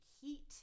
heat